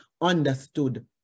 understood